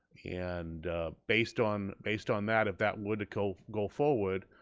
and based on based on that, if that were to go go forward,